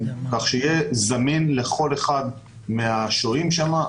כדי שיהיו זמינים לכל אחד מהשוהים שם.